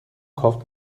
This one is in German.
kauft